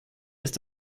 ist